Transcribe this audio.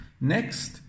Next